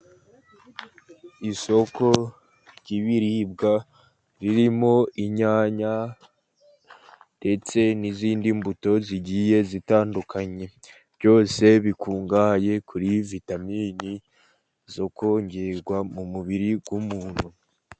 Isoko ry'ibiribwa, ririmo inyanya ndetse n'izindi mbuto zigiye zitandukanye, byose bikungahaye kuri vitamini zokongerwa mu mubiri w'umuntu.